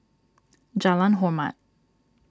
Jalan Hormat